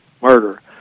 murder